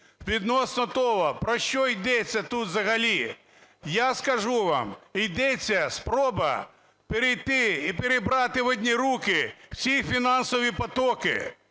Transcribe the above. Відносно того, про що йдеться тут взагалі. Я скажу вам, йдеться спроба перейти і перебрати в одні руки всі фінансові потоки,